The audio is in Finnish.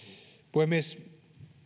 puhemies